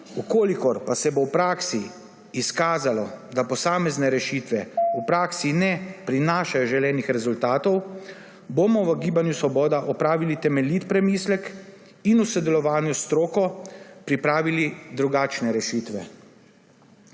države. Če se bo v praksi izkazalo, da posamezne rešitve v praksi ne prinašajo želenih rezultatov, bomo v Gibanju Svoboda opravili temeljit premislek in v sodelovanju s stroko pripravili drugačne rešitve.